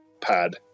pad